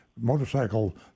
motorcycle